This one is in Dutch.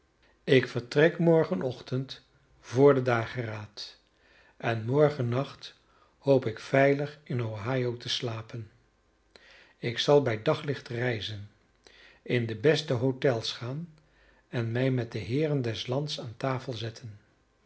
ik vertrek morgenochtend vr den dageraad en morgennacht hoop ik veilig in ohio te slapen ik zal bij daglicht reizen in de beste hôtels gaan en mij met de heeren des lands aan tafel zetten